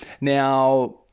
Now